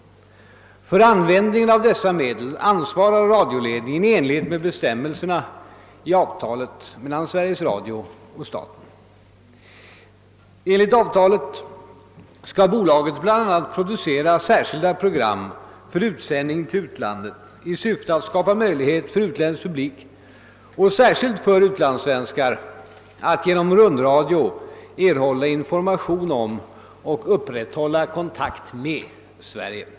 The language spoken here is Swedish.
För användningen av dessa medel ansvarar radioledningen i enlighet med bestämmelserna i avtalet mellan Sveriges Radio och staten. Enligt avtalet skall bolaget bl.a. producera särskilda program för utsändning till utlandet i syfte att skapa möjlighet för utländsk publik och särskilt för utlandssvenskar att genom rundradio erhålla information om och upprätthålla kontakt med Sverige.